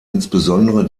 insbesondere